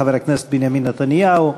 חבר הכנסת בנימין נתניהו,